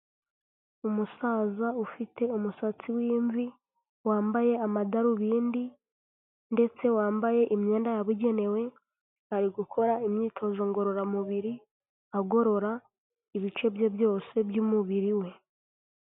Umusaza ufite umusatsi w'imvi wambaye amadarubindi ndetse wambaye imyenda yababugenewe ari gukora imyitozo ngororamubiri agorora ibice bye byose by'umubiri we.